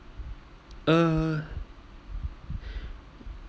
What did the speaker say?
uh